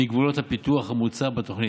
מגבולות הפיתוח המוצע בתוכנית.